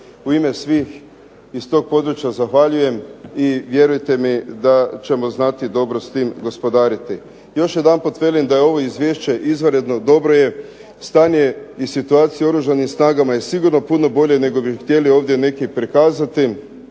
u ime svih iz tog područja zahvaljujem i vjerujte mi da ćemo znati dobro s tim gospodariti. Još jedanput velim da je ovo izvješće izvanredno dobro jer stanje i situacija u Oružanim snagama je sigurno puno bolje nego bi htjeli ovdje neki prikazati.